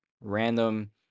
random